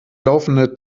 laufende